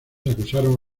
acusaron